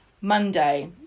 Monday